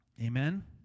Amen